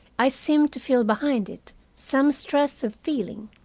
i seemed to feel behind it some stress of feeling,